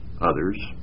others